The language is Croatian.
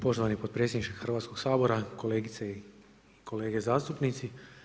Poštovani potpredsjedniče Hrvatskog sabora, kolegice i kolege zastupnici.